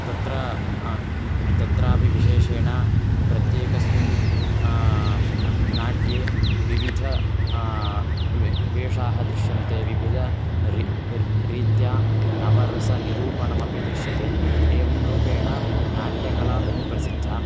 तत्र तत्रापि विशेषेण प्रत्येकस्मिन् नाट्ये विविधः वेशाः दृश्यन्ते विविधः रीत्या नवरसनिरूपणमपि दृश्यते एवं रूपेण नाट्यकला बहु प्रसिद्धा